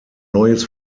neues